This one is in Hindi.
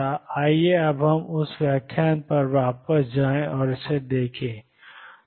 आइए हम उस व्याख्यान पर वापस जाएं और इसे देखें